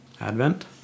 Advent